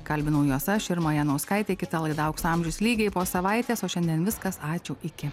kalbinau juos aš irma janauskaitė kita laida aukso amžius lygiai po savaitės o šiandien viskas ačiū iki